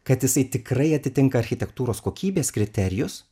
kad jisai tikrai atitinka architektūros kokybės kriterijus